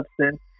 substance